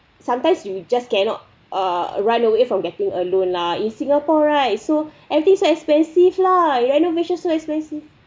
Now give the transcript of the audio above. sometimes you just cannot err run away from getting a loan lah in singapore right so everything so expensive lah renovation so expensive